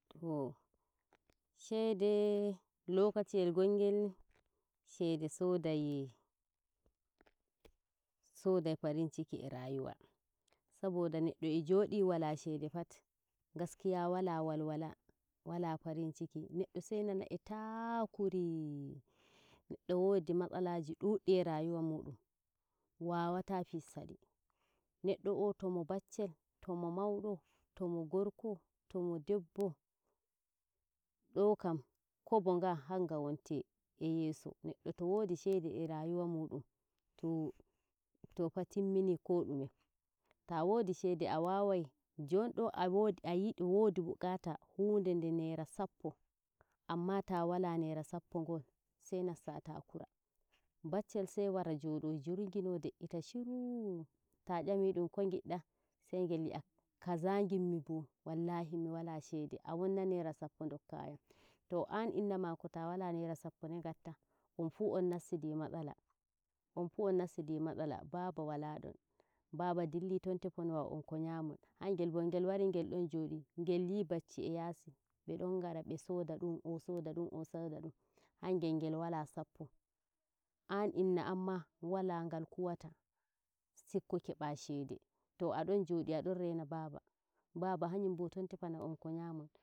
To shede lokaciyel ngongel shede sodai sodai farinciki e rayuwa saboda neddo e jodi wala shede pat gaskiya wala walwala wala farinciki neddo sai nana e taakuri neddo wodi matsalaji duddi e rayuwa muɗum wawata fistadi neddom o tomo baccel tomo maudo to mo gorko tomo debbo dookam kobo nga hanga wente e yeso neddo to wodi shede e rayuwa mudum too too fa timmini ko dume. taa wodi shede a wawai jondi awodi yidi wodi bugata hunde nde nera sappo amma ta wala sappo ndel sai nasta taakura baccel sai wara jeydo jungirno de'ita shiru taa nyamidum ko ngidda sai ngel yi'ah kaza ngimmi bo wallahi miwala shede a wonna naira sappo dokkayam too an innamako ta wala naira sappo no ngatta onfuu on nastidi matsla, baaba wala don baaba dilli ton tofa na on ko nyamon hangel bo ngel wari ngel don jodi ngel yin bacci e yasi bedon ngra ne sooda du be sooda dum o sooda dum o sooda dum o sooda dum hangel wala sappo, an inna amma wala ngal kuwata sikko koba shede to adon jodi a don rena baba. baba hayum bo ton tefa na on ko nyamon.